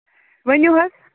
ؤنِو حظ